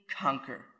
conquer